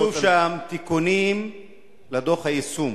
כתוב שם: תיקונים לדוח היישום.